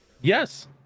Yes